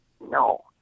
No